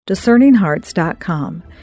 Discerninghearts.com